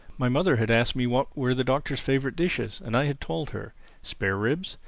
my mother had asked me what were the doctor's favorite dishes, and i had told her spare ribs,